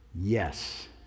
Yes